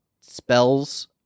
Spells